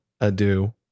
adieu